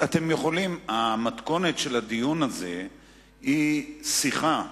המתכונת של הדיון הזה היא שיחה.